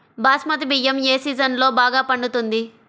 బాస్మతి బియ్యం ఏ సీజన్లో బాగా పండుతుంది?